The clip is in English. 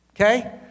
okay